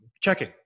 checking